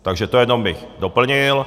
Takže to jenom bych doplnil.